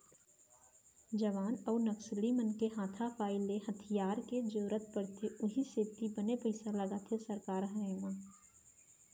जवान अउ नक्सली मन के हाथापाई ले हथियार के जरुरत पड़थे उहीं सेती बने पइसा लगाथे सरकार ह एमा